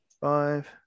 Five